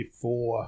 four